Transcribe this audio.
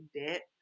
debt